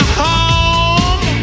home